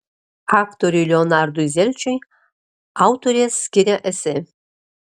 aktoriui leonardui zelčiui autorė skiria esė